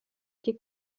qui